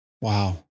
Wow